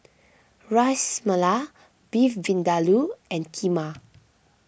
Ras Malai Beef Vindaloo and Kheema